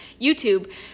YouTube